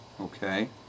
okay